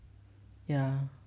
ya